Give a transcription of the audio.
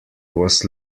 was